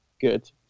good